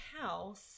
house